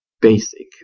basic